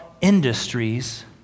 industries